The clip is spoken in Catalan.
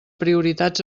prioritats